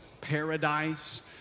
paradise